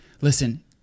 listen